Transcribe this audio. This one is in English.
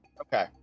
Okay